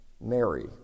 Mary